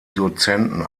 dozenten